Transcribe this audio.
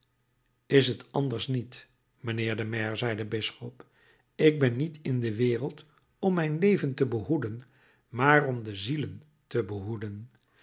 is het anders niet mijnheer de maire zei de bisschop ik ben niet in de wereld om mijn leven te behoeden maar om de zielen te behoeden